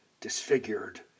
disfigured